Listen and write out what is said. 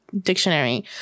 dictionary